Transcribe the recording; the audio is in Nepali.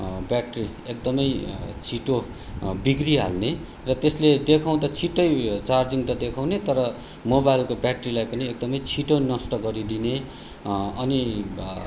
ब्याट्री एकदमै छिटो बिग्रिहाल्ने र त्यसले देखाउँदा छिट्टै चार्जिङ त देखाउने तर मोबाइलको ब्याट्रीलाई पनि एकदमै छिट्टो नष्ट गरिदिने अनि